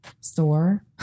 store